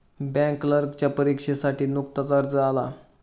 bank क्लर्कच्या परीक्षेसाठी नुकताच अर्ज आला